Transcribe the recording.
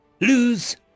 Lose